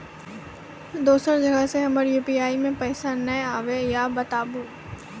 दोसर जगह से हमर यु.पी.आई पे पैसा नैय आबे या बताबू?